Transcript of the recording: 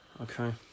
Okay